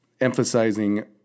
emphasizing